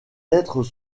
lettres